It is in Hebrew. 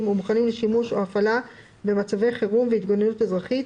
ומוכנים לשימוש או הפעלה במצבי חירום והתגוננות אזרחית,